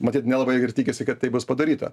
matyt nelabai ir tikisi kad tai bus padaryta